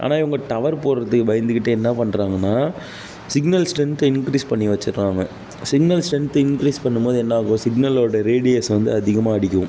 ஆனால் இவங்க டவர் போடுகிறதுக்கு பயந்து கிட்டு என்ன பண்றாங்கனால் சிக்னல் ஸ்ட்ரென்த்தை இன்க்ரீஸ் பண்ணி வெச்சிடுறாங்க சிக்னல் ஸ்ட்ரென்த்தை இன்க்ரீஸ் பண்ணும்போது என்ன ஆகும் சிக்னலோடய ரேடியஸ் வந்து அதிகமாக அடிக்கும்